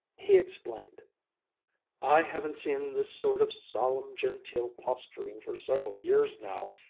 he explained i haven't seen this sort of solemn, genteel posturing for several years now,